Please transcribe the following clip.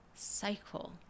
cycle